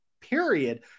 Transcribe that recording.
period